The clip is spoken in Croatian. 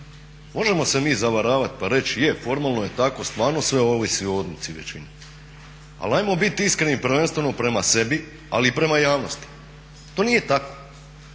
Možemo se mi zavaravati pa reći je formalno je tako, stvarno sve ovisi o odluci većine. Ali ajmo biti iskreni prvenstveno prema sebi ali i prema javnosti. To nije tako.